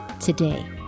today